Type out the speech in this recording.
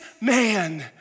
man